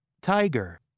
tiger